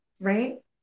Right